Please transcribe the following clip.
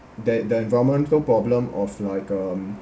that the environmental problem of like um